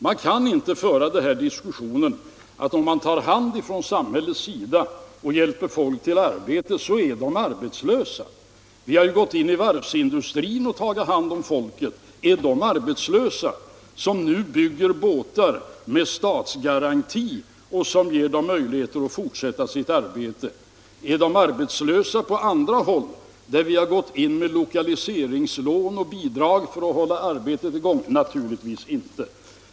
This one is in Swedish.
Man kan inte föra den diskussionen att om samhället tar hand om och hjälper folk till arbete, så är de arbetslösa. Vi har ju gått in i varvsindustrin och tagit hand om folk. Är de arbetslösa, som nu bygger båtar med statsgaranti, vilket ger dem möjligheter att fortsätta sitt arbete? Är människorna arbetslösa på andra håll där vi har gått in med lokaliseringslån och bidrag för att hålla arbetet i gång? Naturligtvis inte.